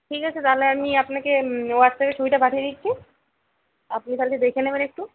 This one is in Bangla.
ঠিক আছে তাহলে আমি আপনাকে হোয়াটসঅ্যাপে ছবিটা পাঠিয়ে দিচ্ছি আপনি তাহলে দেখে নেবেন একটু